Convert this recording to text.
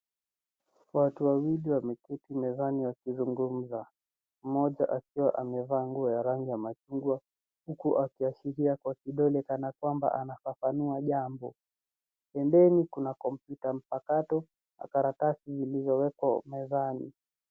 Watu wawili wameketi mezani wakizungumza, moja akiwa amevaa nguo ya rangi ya machungwa huku akiashiria kwa kidole kana kwamba anafafanua jambo. Pembeni kuna kompyuta mpakato kwa karatasi iliyowekwa mezani.